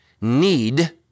need